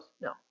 No